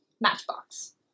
Matchbox